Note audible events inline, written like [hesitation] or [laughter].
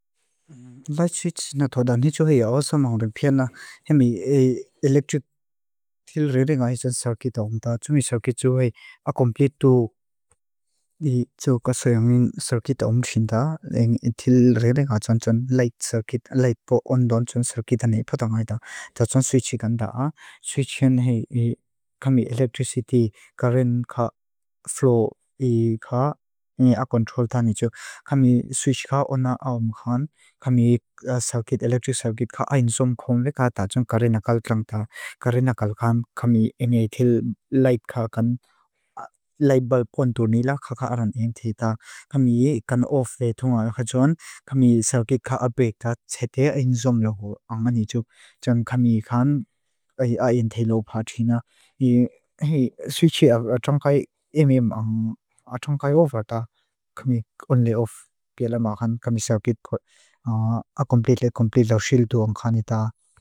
Light switch na thoda, ní tsú hei awasamangur pia na hemi [hesitation] electric tilrere ngay tsun circuit aum ta. Tsunmi circuit tsú hei akon pitu tsú kasayangin circuit aum sin ta. Tilrere ngay tsun light circuit, light pole ondón tsun circuit ani pota ngay ta. Tsa tsun switch kan ta. Switch hen hei kami electricity, current ka, flow ka, ni a control ta ní tsú. Tsa kami switch ka ona aum kan, kami circuit electric circuit ka ayin zom kong veka ta tsa tsun kare nakal klang ta. Kare nakal kan kami engay til light kan, light bulb ondón nila kakaaran eng te ta. Kami ikan off de tunga khacun, kami circuit ka abek ta, tse te ayin zom logo angani tsú. Tsun kami kan ayin telo pati na. Hei switching a tsung kay em em a tsung kay over ta. Kami only off telo ma kan kami circuit ko. A komplite komplite lau shildu angani ta.